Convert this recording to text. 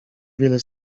wiele